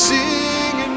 Singing